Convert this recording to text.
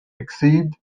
exceed